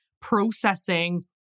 processing